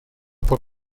por